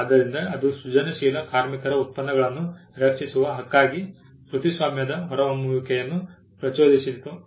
ಆದ್ದರಿಂದ ಅದು ಸೃಜನಶೀಲ ಕಾರ್ಮಿಕರ ಉತ್ಪನ್ನಗಳನ್ನು ರಕ್ಷಿಸುವ ಹಕ್ಕಾಗಿ ಕೃತಿಸ್ವಾಮ್ಯದ ಹೊರಹೊಮ್ಮುವಿಕೆಯನ್ನು ಪ್ರಚೋದಿಸಿತು